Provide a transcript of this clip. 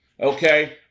okay